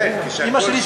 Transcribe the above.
בבקשה, אדוני,